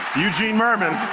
eugene mirman.